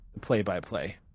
play-by-play